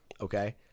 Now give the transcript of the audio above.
okay